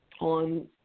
on